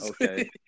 Okay